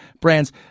brands